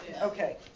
Okay